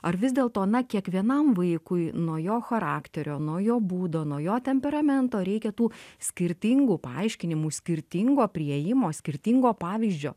ar vis dėlto na kiekvienam vaikui nuo jo charakterio nuo jo būdo nuo jo temperamento reikia tų skirtingų paaiškinimų skirtingo priėjimo skirtingo pavyzdžio